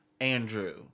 Andrew